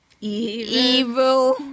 evil